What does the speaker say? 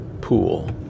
pool